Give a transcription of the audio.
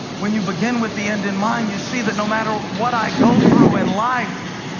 when you begin with the end in mind you see that no matter what i go through in life,